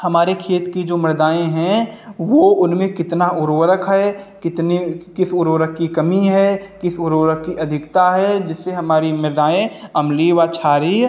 कि हमारे खेत की जो मृदाएँ हैं वो उनमें कितना उर्वरक है कितने किस उर्वरक की कमी है किस उर्वरक की अधिकता है जिससे हमारी मृदाएँ अम्लीय व क्षारीय